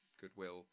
goodwill